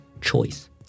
choice